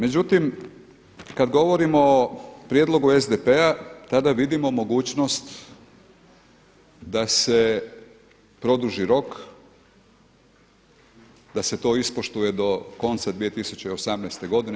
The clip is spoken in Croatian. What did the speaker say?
Međutim, kad govorimo o prijedlogu SDP-a tada vidimo mogućnost da se produži rok, da se to ispoštuje do konca 2018. godine.